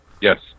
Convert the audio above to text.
Yes